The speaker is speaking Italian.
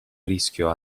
rischio